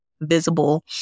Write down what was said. visible